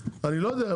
אני לא יודע,